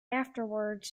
afterwards